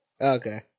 Okay